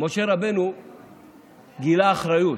משה רבנו גילה אחריות,